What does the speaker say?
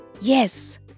Yes